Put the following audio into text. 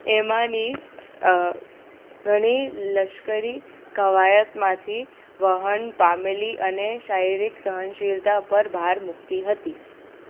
એમાંની ઘણી લશ્કરી કવાયતમાંથી વહન પામેલી અને શારીરિક સહનશીલતા પર ભાર મૂકતી હતી